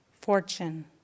Fortune